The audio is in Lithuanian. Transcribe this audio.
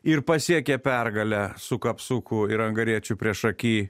ir pasiekė pergalę su kapsuku ir angariečiu priešaky